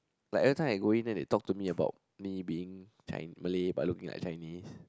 like every time I going there they talk to me about me being Malay but looking like Chinese